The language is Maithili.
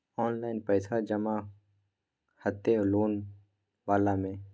ऑनलाइन पैसा जमा हते लोन वाला में?